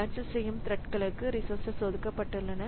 cancel செய்யும் த்ரெட்களுக்கு resources ஒதுக்கப்பட்டுள்ளன